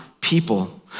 people